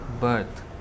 birth